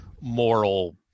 moral